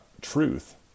truth